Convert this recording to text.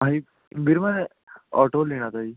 ਹਾਂਜੀ ਵੀਰ ਮੈ ਆਟੋ ਲੈਣਾ ਤਾ ਜੀ